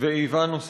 ואיבה נוספת.